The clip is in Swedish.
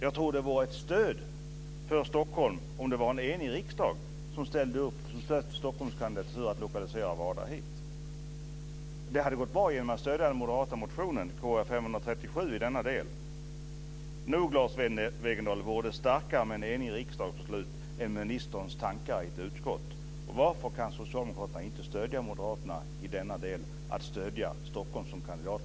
Jag tror att det vore ett stöd för Stockholm om det var en enig riksdag som ställde upp och stöttade för att lokalisera WADA hit. Det hade gått bra att göra det genom att stödja den moderata motionen Kr537 i denna del. Nog, Lars Wegendal, vore det starkare med en enig riksdags beslut än ministerns tankar i ett utskott. Varför kan inte Socialdemokraterna stödja Moderaterna i denna del, att stödja Stockholm som kandidat?